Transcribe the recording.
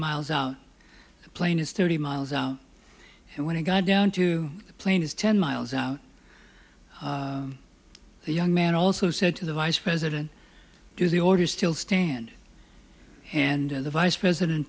miles a plane is thirty miles and when it got down to the plane is ten miles out the young man also said to the vice president the orders still stand and the vice president